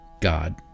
God